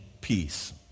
peace